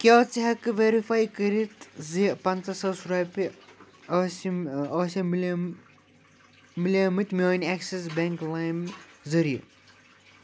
کیٛاہ ژٕ ہیٚککھٕ ویرِفاے کٔرِتھ زِ پَنژاہ ساس رۄپیہِ ٲسِم ٲسِم میلے میلے مٕتۍ میٛانہِ ایٚکسِس بیٚنٛک لایِم ذٔریعہِ